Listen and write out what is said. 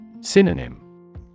Synonym